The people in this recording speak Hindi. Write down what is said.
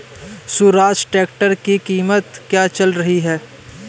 स्वराज ट्रैक्टर की कीमत क्या चल रही है?